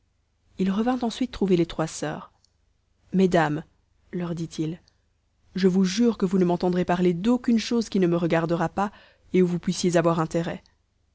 il revint ensuite trouver les trois soeurs mesdames leur dit-il je vous jure que vous ne m'entendrez parler d'aucune chose qui ne me regardera pas et où vous puissiez avoir intérêt